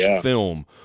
film –